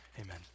Amen